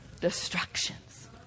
destructions